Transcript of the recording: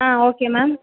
ah okay ma'am